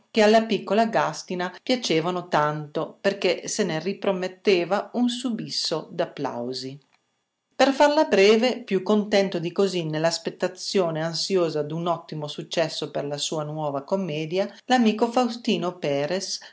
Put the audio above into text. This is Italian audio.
che alla piccola gàstina piacevano tanto perché se ne riprometteva un subisso d'applausi per farla breve più contento di così nell'aspettazione ansiosa d'un ottimo successo per la sua nuova commedia l'amico faustino perres